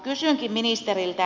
kysynkin ministeriltä